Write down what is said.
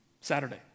Saturday